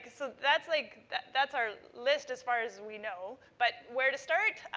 so, that's like that's our list as far as we know, but where to start?